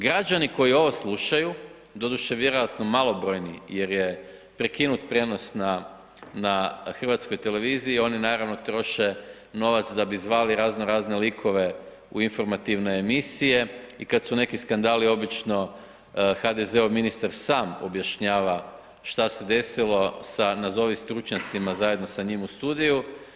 Građani koji ovo slušaju, doduše vjerojatno malobrojni, jer je prekinut prijenos na HRT-u oni naravno troše novac, da bi zvali razno razne likove u informativne emisije i kada su neki skandali, obično, HDZ-ov ministar sam objašnjava što se desilo sa nazovi stručnjacima zajedno sa njim u studiju.